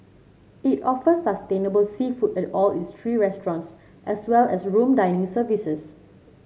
it offers sustainable seafood at all its three restaurants as well as room dining services